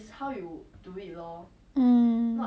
!huh! but then you asking him not to buy